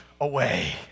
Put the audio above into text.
away